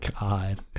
God